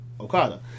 Okada